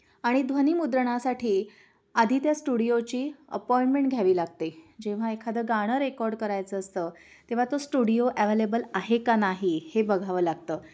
आणि ध्वनीमुद्रणासाठी आधी त्या स्टुडिओची अपॉइंटमेंट घ्यावी लागते जेव्हा एखादं गाणं रेकॉर्ड करायचं असतं तेव्हा तो स्टुडिओ ॲवेलेबल आहे का नाही हे बघावं लागतं